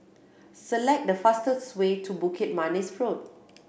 select the fastest way to Bukit Manis Road